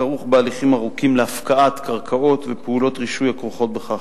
וכרוך בהליכים ארוכים להפקעת קרקעות ופעולות רישוי הכרוכות בכך.